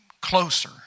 closer